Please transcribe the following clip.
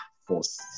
force